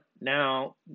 now